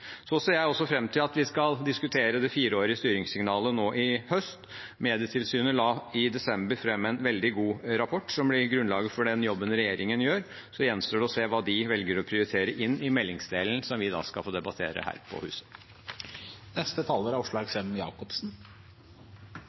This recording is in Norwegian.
Jeg ser også fram til at vi skal diskutere det fireårige styringssignalet nå i høst. Medietilsynet la i desember fram en veldig god rapport som blir grunnlaget for den jobben regjeringen gjør. Så gjenstår det å se hva de velger å prioritere inn i meldingsdelen, som vi da skal få debattere her på